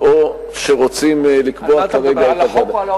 או שרוצים לקבוע כרגע את הוועדה.